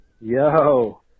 Yo